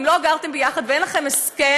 אם לא גרתם יחד ואין לכם הסכם,